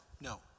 no